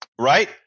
Right